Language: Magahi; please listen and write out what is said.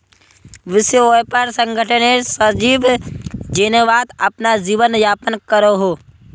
विश्व व्यापार संगठनेर सचिव जेनेवात अपना जीवन यापन करोहो